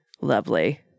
lovely